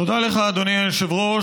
תודה לך, אדוני היושב-ראש.